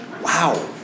Wow